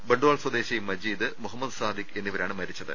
ബണ്ടാൾ സ്വദേശി മജീദ് മൊഹമ്മദ് സാദിഖ് എന്നിവരാണ് മരിച്ചത്